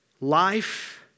Life